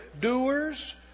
Doers